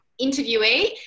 interviewee